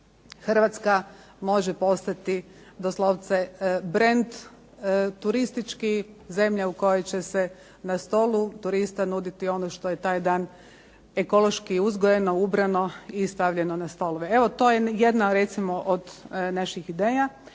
Hrvatska može postati doslovce brend turistički zemlje u kojoj će se na stolu turista nuditi ono što je taj dan ekološki uzgojeno, ubrano i stavljeno na stolove. Evo to je jedna recimo od naših ideja.